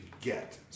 get